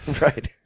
Right